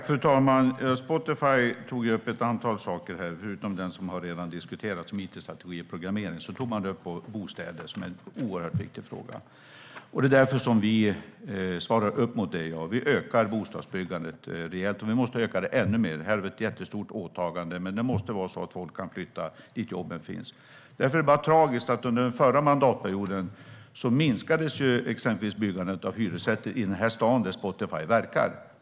Fru talman! Spotify tog upp ett antal frågor, förutom den som redan har diskuterats om it-strategi och programmering, och tog bland annat upp den viktiga frågan om bostäder. Det är därför vi svarar mot den efterfrågan. Vi ökar bostadsbyggandet rejält. Vi måste öka det ännu mer. Här har vi ett stort åtagande, för folk måste kunna flytta dit jobben finns. Därför är det tragiskt att under den förra mandatperioden minskades exempelvis byggandet av hyresrätter i den här staden där Spotify verkar.